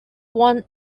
one